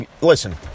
listen